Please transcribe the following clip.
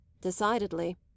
Decidedly